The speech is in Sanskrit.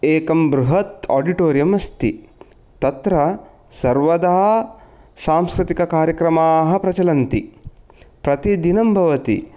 एकं बृहत् आडिटोरियम् अस्ति तत्र सर्वदा सांस्कृतिक कार्यक्रमाः प्रचलन्ति प्रतिदिनं भवति